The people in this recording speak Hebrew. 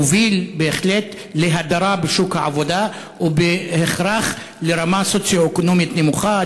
המובילה בהחלט להדרה בשוק העבודה ובהכרח לרמה סוציו-אקונומית נמוכה,